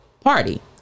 party